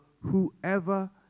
whoever